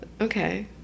okay